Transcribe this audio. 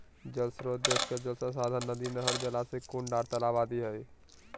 जल श्रोत देश के जल संसाधन नदी, नहर, जलाशय, कुंड आर तालाब आदि हई